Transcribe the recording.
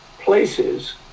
places